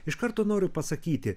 iš karto noriu pasakyti